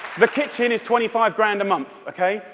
the kitchen is twenty five grand a month. okay?